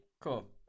cool